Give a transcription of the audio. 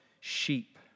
sheep